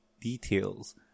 details